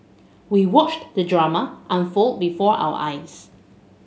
we watched the drama unfold before our eyes